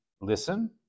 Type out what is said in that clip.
listen